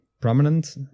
prominent